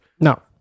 No